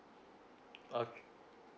ok